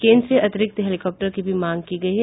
केंद्र से अतिरिक्त हेलिकॉप्टर की भी मांग की है